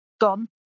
gone